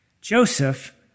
Joseph